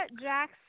Jack